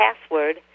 password